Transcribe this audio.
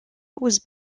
was